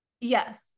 Yes